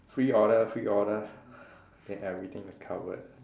free order free order then everything is covered